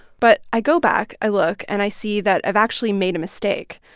but i go back. i look, and i see that i've actually made a mistake.